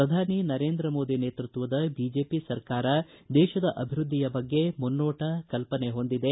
ಪ್ರಧಾನಿ ನರೇಂದ್ರ ಮೋದಿ ನೇತೃತ್ವದ ಬಿಜೆಪಿ ಸರ್ಕಾರ ದೇಶದ ಅಭಿವೃದ್ದಿಯ ಬಗ್ಗೆ ಮುನ್ನೋಟ ಕಲ್ಪನೆ ಹೊಂದಿದೆ